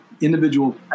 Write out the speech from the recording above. individual